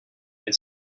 had